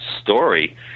story